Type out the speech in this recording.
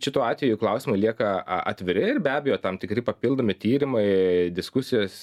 šituo atveju klausimai lieka atviri ir be abejo tam tikri papildomi tyrimai diskusijos